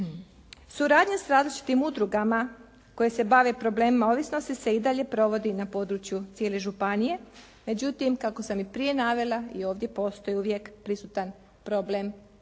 Suradnja s različitim udrugama koje se bave problemima ovisnosti se i dalje provodi na području cijele županije. Međutim, kako sam i prije navela i ovdje postoji uvijek prisutan problem